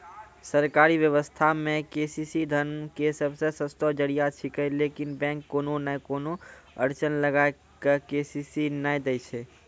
सरकारी व्यवस्था मे के.सी.सी धन के सबसे सस्तो जरिया छिकैय लेकिन बैंक कोनो नैय कोनो अड़चन लगा के के.सी.सी नैय दैय छैय?